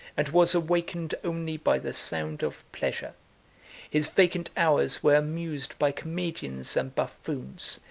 and was awakened only by the sound of pleasure his vacant hours were amused by comedians and buffoons,